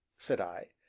said i.